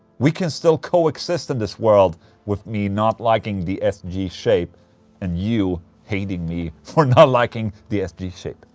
we can still coexist in this world with me not liking the sg shape and you hating me for not liking the sg shape,